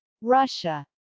russia